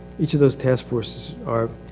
each of those task forces are